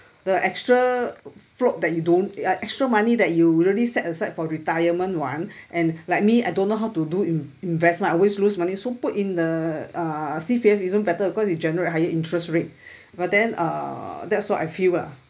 the extra float that you don't uh extra money that you really set aside for retirement [one] and like me I don't know how to do in~ investment I always lose money so put in the uh C_P_F is better cause it generate higher interest rate but then uh that's what I feel ah